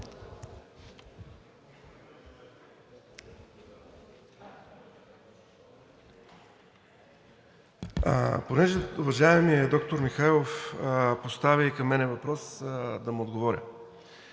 Понеже уважаемият доктор Михайлов постави към мен въпрос, да му отговоря.